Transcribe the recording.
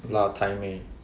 a lot of thai 妹